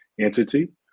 entity